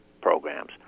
programs